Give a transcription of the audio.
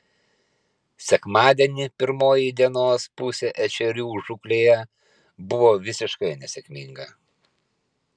sekmadienį pirmoji dienos pusė ešerių žūklėje buvo visiškai nesėkminga